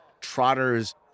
trotter's